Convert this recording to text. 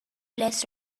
less